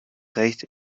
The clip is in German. recht